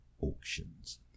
auctions